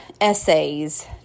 essays